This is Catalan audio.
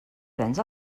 prens